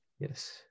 Yes